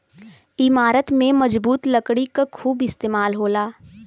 इमारत में मजबूत लकड़ी क खूब इस्तेमाल होला